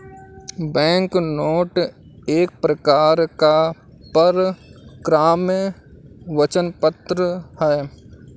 banknote एक प्रकार का परक्राम्य वचन पत्र है